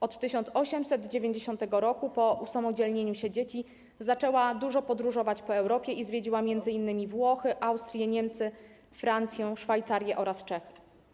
Od 1890 roku, po usamodzielnieniu się dzieci, zaczęła dużo podróżować po Europie i zwiedziła m.in. Włochy, Austrię, Niemcy, Francję, Szwajcarię oraz Czechy.